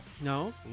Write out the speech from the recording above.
No